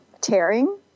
tearing